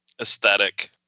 aesthetic